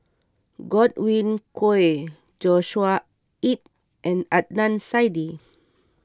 Godwin Koay Joshua Ip and Adnan Saidi